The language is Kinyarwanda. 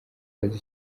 bazi